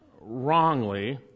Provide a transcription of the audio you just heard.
wrongly